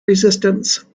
resistance